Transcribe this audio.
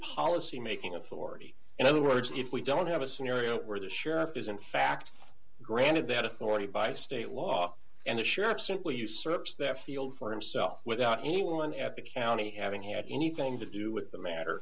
policy making authority in other words if we don't have a scenario where the sheriff is in fact granted that authority by state law and a sure absolutely usurps that field for himself without anyone at the county having he had anything to do with the matter